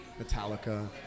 Metallica